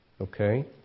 okay